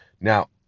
Now